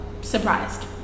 surprised